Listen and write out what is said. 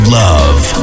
love